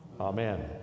Amen